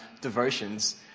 devotions